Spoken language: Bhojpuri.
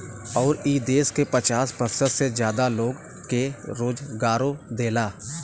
अउर ई देस के पचास प्रतिशत से जादा लोग के रोजगारो देला